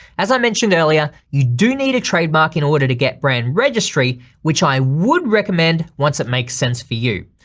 as i mentioned earlier, you do need a trademark in order to get brand registry which i would recommend once it makes sense for you.